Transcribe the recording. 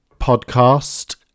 podcast